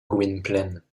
gwynplaine